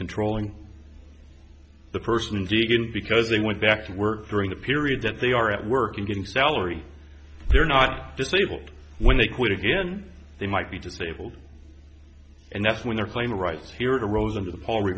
controlling the person didn't because they went back to work during the period that they are at work and getting salary they're not disabled when they quit again they might be disabled and that's when their claim right here is a rose under the p